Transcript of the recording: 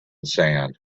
sand